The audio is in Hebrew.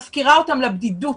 מפקירה אותם לבדידות,